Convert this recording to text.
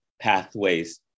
pathways